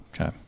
Okay